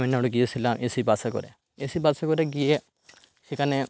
তামিলনাড়ু গিয়েছিলাম A C বাসে করে এ সি বাসে করে গিয়ে সেখানে